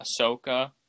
Ahsoka